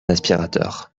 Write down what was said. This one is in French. aspirateur